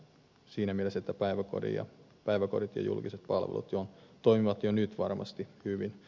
siinä mielessä päiväkodit ja julkiset palvelut toimivat jo nyt varmasti hyvin